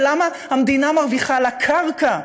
ולמה המדינה מרוויחה על הקרקע,